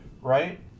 right